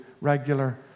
regular